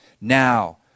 Now